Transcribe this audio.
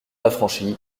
affranchi